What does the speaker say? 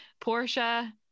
Portia